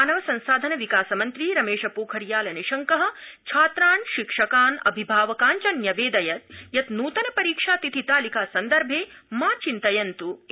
मानव संसाधन विकास मंत्री रमेश पोखरियाल निशंक छात्रान् शिक्षकान् अभिभावकान् च न्यवेदयत् यत् नुतन परीक्षा तिथि तालिका संदर्भे मा चिन्तयन्तु इति